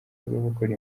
rw’abakora